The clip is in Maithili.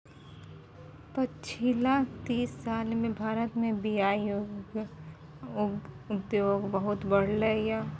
पछिला तीस साल मे भारत मे बीयाक उद्योग बहुत बढ़लै यै